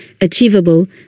achievable